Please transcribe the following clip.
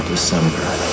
December